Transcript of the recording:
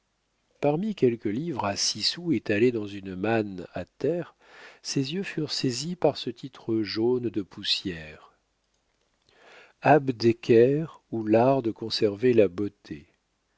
parmi quelques livres à six sous étalés dans une manne à terre ses yeux furent saisis par ce titre jaune de poussière abdeker ou l'art de conserver la beauté